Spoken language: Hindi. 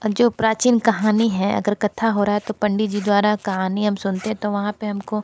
जो प्राचीन कहानी है अगर कथा हो रहा है तो पंडित जी द्वारा कहानी हम सुनते हैं तो वहाँ पर हम को